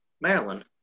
Maryland